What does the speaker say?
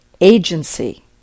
Agency